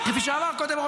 עם בן